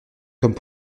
comme